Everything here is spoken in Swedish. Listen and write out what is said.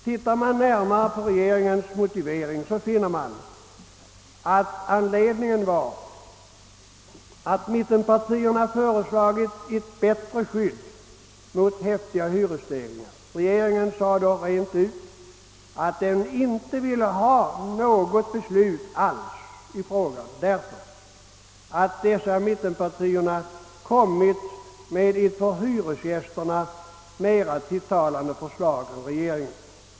Men om man ser närmare på regeringens motivering, skall man finna att anledningen till återtagandet var att mittenpartierna föreslagit ett bättre skydd mot häftiga hyresstegringar. Regeringen sade rent ut att den inte ville ha något beslut alls i frågan, därför att mittenpartierna hade lagt fram ett förslag som var mera tilltalande för hyresgästerna än regeringens.